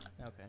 Okay